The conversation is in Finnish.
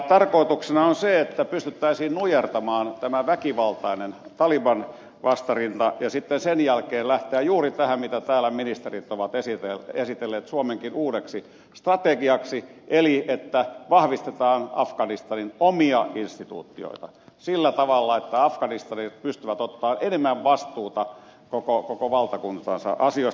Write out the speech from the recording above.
tarkoituksena on se että pystyttäisiin nujertamaan tämä väkivaltainen talibanvastarinta ja sitten sen jälkeen lähteä juuri tähän mitä täällä ministerit ovat esitelleet suomenkin uudeksi strategiaksi eli vahvistetaan afganistanin omia instituutioita sillä tavalla että afganistanilaiset pystyvät ottamaan enemmän vastuuta koko valtakuntansa asioista